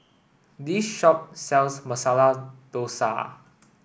this shop sells Masala Dosa